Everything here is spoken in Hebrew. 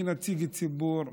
כנציג ציבור,